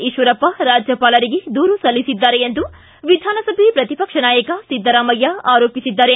ಈಶ್ವರಪ್ಪ ರಾಜ್ಯಪಾಲರಿಗೆ ದೂರು ಸಲ್ಲಿಸಿದ್ದಾರೆ ಎಂದು ವಿಧಾನಸಭೆ ಪ್ರತಿಪಕ್ಷ ನಾಯಕ ಸಿದ್ದರಾಮಯ್ಯ ಹೇಳಿದ್ದಾರೆ